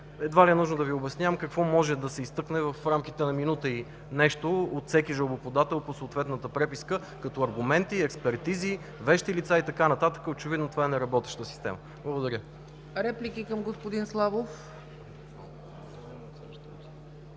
Едва ли е нужно да Ви обяснявам какво може да се изтъкне в рамките на минута и нещо от всеки жалбоподател по съответната преписка като аргументи, експертизи, вещи лица и така нататък. Очевидно това е неработеща система. Благодаря. ПРЕДСЕДАТЕЛ ЦЕЦКА ЦАЧЕВА: